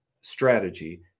strategy